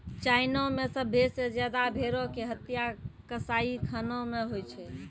China मे सभ्भे से ज्यादा भेड़ो के हत्या कसाईखाना मे होय छै